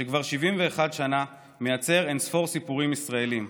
שכבר 71 שנה מייצר אין-ספור סיפורים ישראליים.